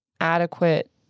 adequate